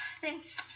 Thanks